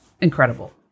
incredible